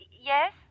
Yes